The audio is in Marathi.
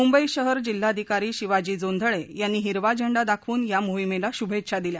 मुंबई शहर जिल्हाधिकारी शिवाजी जोंधळे यांनी हिरवा झेंडा दाखवून या मोहिमेला शुभेच्छा दिल्या